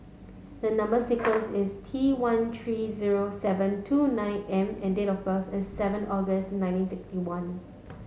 the number sequence is T one three zero seven two nine M and date of birth is seven August nineteen sixty one